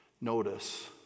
notice